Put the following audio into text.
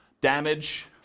damage